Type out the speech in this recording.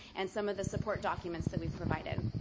and some of the support documents that we've provided.